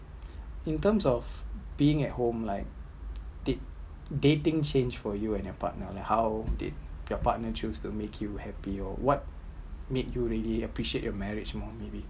in terms of being at home like did dating change for you and your partner how did your partner choose to make you happy or what make you really appreciate your marriage more maybe